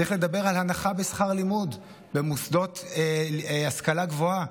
צריך לדבר על הנחה בשכר לימוד במוסדות להשכלה גבוהה,